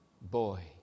boy